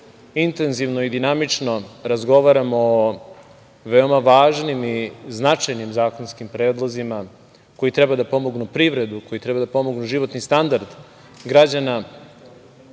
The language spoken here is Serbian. intenzivno i dinamično razgovaramo o veoma važnim i značajnim zakonskim predlozima koji treba da pomognu privredu, koji treba da pomognu životni standard građana,